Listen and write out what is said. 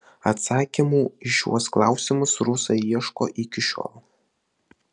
atsakymų į šiuos klausimus rusai ieško iki šiol